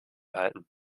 halten